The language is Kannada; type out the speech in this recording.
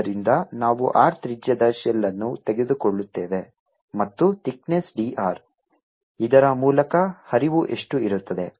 ಆದ್ದರಿಂದ ನಾವು R ತ್ರಿಜ್ಯದ ಶೆಲ್ ಅನ್ನು ತೆಗೆದುಕೊಳ್ಳುತ್ತೇವೆ ಮತ್ತು ತಿಕ್ನೆಸ್ d r ಇದರ ಮೂಲಕ ಹರಿವು ಎಷ್ಟು ಇರುತ್ತದೆ